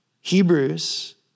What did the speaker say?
Hebrews